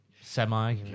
semi